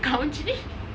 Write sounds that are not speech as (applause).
கௌச்சி:kouchi (laughs)